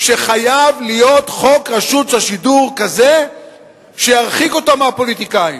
שחייב להיות חוק רשות השידור כזה שירחיק אותו מהפוליטיקאים.